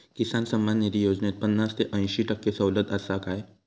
किसान सन्मान निधी योजनेत पन्नास ते अंयशी टक्के सवलत आसा काय?